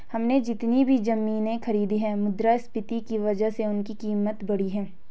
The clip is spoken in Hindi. हमने जितनी भी जमीनें खरीदी हैं मुद्रास्फीति की वजह से उनकी कीमत बढ़ी है